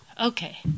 Okay